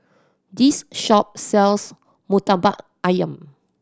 this shop sells Murtabak Ayam